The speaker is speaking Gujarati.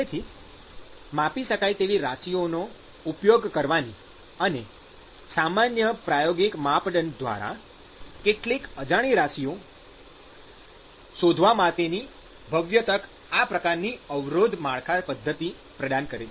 તેથી માપી શકાય તેવી રાશિઓનો ઉપયોગ કરવાની અને સામાન્ય પ્રાયોગિક માપદંડ દ્વારા કેટલીક અજાણી રાશિઓ શોધવા માટેની ભવ્ય તક આ પ્રકારની અવરોધ માળખા પદ્ધતિ પ્રદાન કરે છે